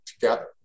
together